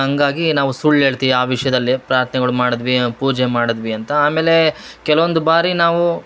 ಹಂಗಾಗಿ ನಾವು ಸುಳ್ಳು ಹೇಳ್ತೀವಿ ಆ ವಿಷಯದಲ್ಲಿ ಪ್ರಾರ್ಥನೆಗಳು ಮಾಡದ್ವಿ ಪೂಜೆ ಮಾಡದ್ವಿ ಅಂತ ಆಮೇಲೆ ಕೆಲವೊಂದು ಬಾರಿ ನಾವು